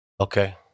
Okay